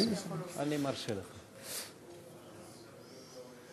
אני עובר לשאילתות דחופות.